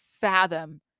fathom